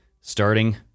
Starting